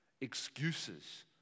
excuses